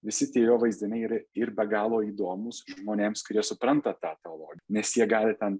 visi tie jo vaizdiniai yra ir be galo įdomūs žmonėms kurie supranta tą teologiją nes jie gali ten